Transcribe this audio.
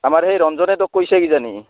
আমাৰ এই ৰঞ্জনে তোক কৈছে কিজানি